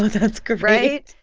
ah that's great right?